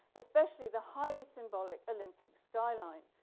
especially the highly symbolic olympic skyline.